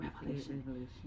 revelation